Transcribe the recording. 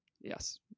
Yes